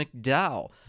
McDowell